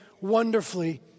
wonderfully